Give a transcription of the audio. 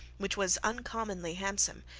which was uncommonly handsome,